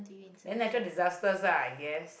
then natural disasters lah I guess